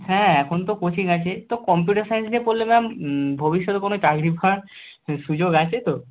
হ্যাঁ এখন তো কোচিং আছে তো কম্পিউটার সায়েন্স নিয়ে পড়লে ম্যাম ভবিষ্যতে কোনো চাকরি পাওয়ার সুযোগ আছে তো